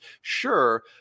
Sure